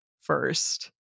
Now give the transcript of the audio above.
first